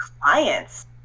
clients